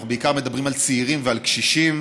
אנחנו בעיקר מדברים על צעירים ועל קשישים.